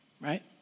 right